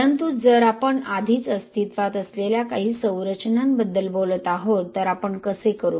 परंतु जर आपण आधीच अस्तित्वात असलेल्या काही संरचनांबद्दल बोलत आहोत तर आपण कसे करू